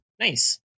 Nice